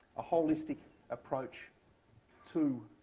a holistic approach to